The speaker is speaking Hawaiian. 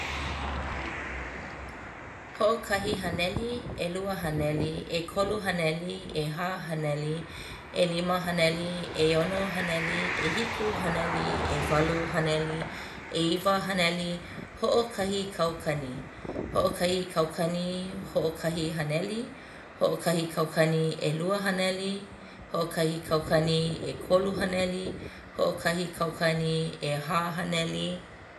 Hoʻokahi haneli, ʻelua haneli, ʻekolu haneli, ʻehā haneli, ʻelima haneli, ʻeono haneli, ʻehiku haneli, ʻewalu haneli, ʻeiwa haneli, hoʻokahi kaukani, hoʻokahi kaukani hoʻokahi haneli, hoʻokahi kaukani ʻelua haneli, hoʻokahi kaukani ʻekolu haneli, hoʻokahi kaukani ʻehā haneli